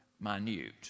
minute